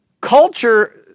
culture